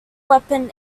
weapon